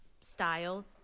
Style